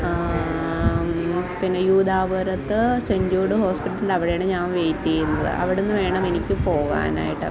പിന്നെ യൂധാപുരത്ത് saint Jude ഹോസ്പിറ്റൽൻ്റവിടെയാണ് ഞാൻ വെയിറ്റ് ചെയ്യുന്നത് അവിടുന്ന് വേണം എനിക്ക് പോവാനായിട്ട്